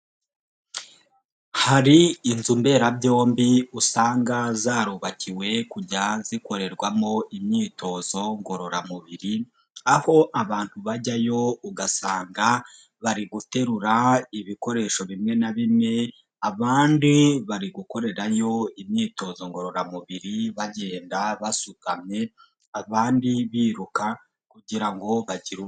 Hari inzu mberabyombi usanga zarubakiwe kujya zikorerwamo imyitozo ngororamubiri, aho abantu bajyayo ugasanga bari guterura ibikoresho bimwe na bimwe, abandi bari gukorerayo imyitozo ngororamubiri, bagenda basukamye, abandi biruka, kugira ngo bagire.